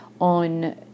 on